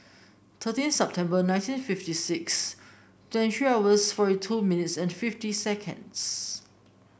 thirteen September nineteen fifty six twenty three hours forty two minutes and fifty seconds